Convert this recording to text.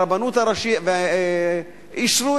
אישרו